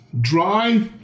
dry